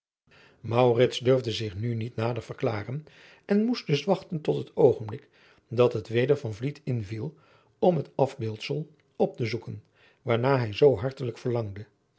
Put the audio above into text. durfde zich nu niet nader verklaren en moest dus wachten tot het oogenblik dat het weder van vliet inviel om het afbeeldsel op te zoeken waarnaar hij zoo hartelijk verlangde